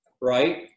right